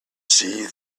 see